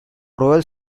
royal